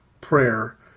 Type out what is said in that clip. prayer